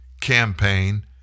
campaign